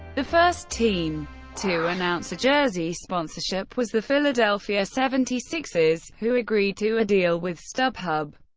the first team to announce a jersey sponsorship was the philadelphia seventy six ers, who agreed to a deal with stubhub.